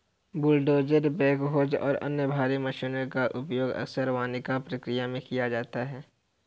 bulldozer backhoes और अन्य भारी मशीनों का उपयोग अक्सर वानिकी प्रक्रिया में किया जाता है